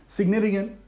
significant